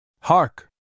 Hark